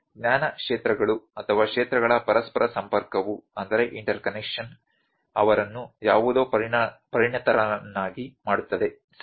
ಆದ್ದರಿಂದ ಜ್ಞಾನ ಕ್ಷೇತ್ರಗಳು ಅಥವಾ ಕ್ಷೇತ್ರಗಳ ಪರಸ್ಪರ ಸಂಪರ್ಕವು ಅವರನ್ನು ಯಾವುದೋ ಪರಿಣತರನ್ನಾಗಿ ಮಾಡುತ್ತದೆ ಸರಿ